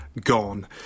gone